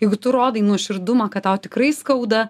jeigu tu rodai nuoširdumą kad tau tikrai skauda